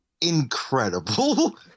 incredible